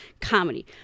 comedy